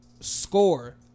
score